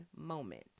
moment